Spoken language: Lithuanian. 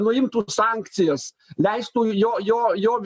nuimtų sankcijas leistų jo jo jo